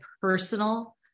personal